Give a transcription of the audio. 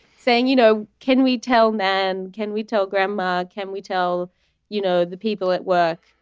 saying you know can we tell men. can we tell grandma. can we tell you know the people at work.